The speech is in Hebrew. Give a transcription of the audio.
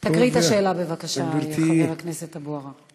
תקריא את השאלה, בבקשה, חבר הכנסת אבו עראר.